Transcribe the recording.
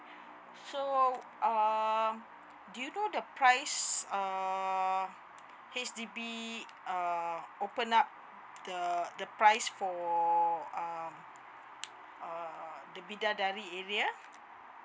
so uh do you know the prices err H_D_B err open up the price for um err err the bidadari area